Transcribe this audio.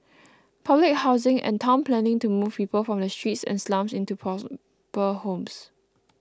public housing and town planning to move people from the streets and slums into proper homes